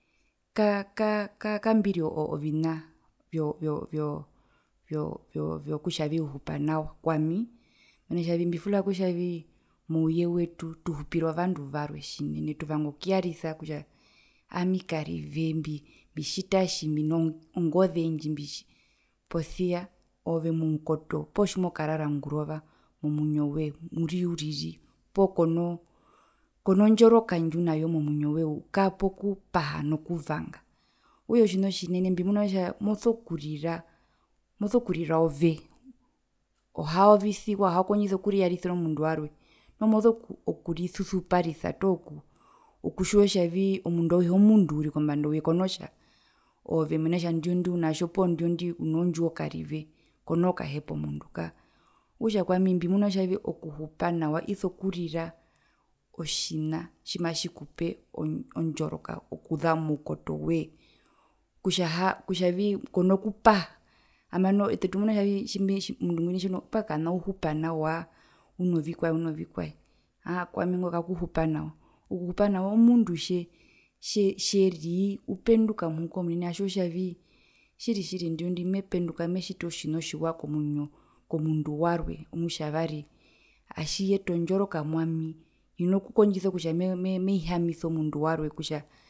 Kaa ka ka kambiri ovina vyo kutja vyo vyo vyokutjanai uhupa nawa kwami, mena kutjanai mbifula lutja nai mouye wetu tuhupira ovandu varwe tjinene tuvanga okuyarisa kutja aami karive mbitjita tji mbino ngoze ndji mbi posia ove moukoto poo tjimokarara ngurova momwyinyo woye muri uriri poo konoo konndjoroka ndjiunayo momwinyo woye ukara pokupaha nokuvanga okutja otjina otjinene mbimuna kutja moso kurira moso kurira ove ohaovisiwa ohakondjisa okuriyarisira omundu warwe noho moso kurisusuparisa toho okutjiwa kutjavii omunduauhe omundu uriri kombanda ouye konoo tja ove mena kutja ndinondi unatja poo ndinondi uno ndjiwo karive konoo kahepa omundu kaa, okutja kwamimbimuna kutjavi okuhupa nawa iso kurira otjina tjimatjikupe ondjoroka okuza moukotowe kutja haa kutjavi kono kupaha hambano ete tumuna kutjavii tjimbe tjimbinoo omundu ngwina tjeno mbwae kana uhupa nawa uno vikwae uno vikwae aa kwami ngo kakuhupa nawa okuhupa nawa omundu tje tje tjerii upenduka muhukomunene atjiwa kutjavii tjiri tjiri ndinondi mependuka metjiti otjina otjiwa komwinyo komundu warwe omutjavari atjiyeta ondjoroka mwami hino kukondjisa kutja me me meihamisa omundu warwe kutja